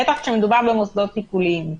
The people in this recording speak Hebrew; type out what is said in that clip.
בטח כשמדובר במוסדות טיפוליים.